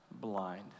blind